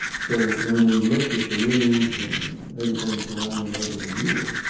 so when we looked at the rules and everything surrounding urban renewal,